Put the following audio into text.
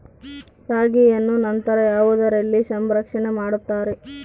ರಾಗಿಯನ್ನು ನಂತರ ಯಾವುದರಲ್ಲಿ ಸಂರಕ್ಷಣೆ ಮಾಡುತ್ತಾರೆ?